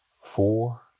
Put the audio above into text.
four